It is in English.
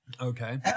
Okay